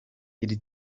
iri